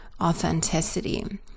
authenticity